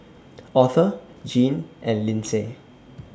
Author Gene and Linsey